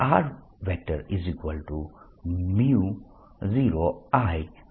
dl ×r rr r3 છે